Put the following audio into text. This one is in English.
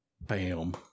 Bam